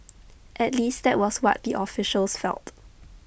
at least that was what the officials felt